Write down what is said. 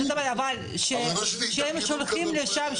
אבל כשהם שולחים לשם,